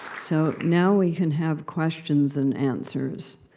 so, now we can have questions and answers.